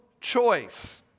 choice